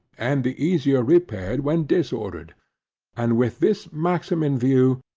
and the easier repaired when disordered and with this maxim in view,